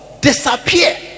disappear